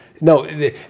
No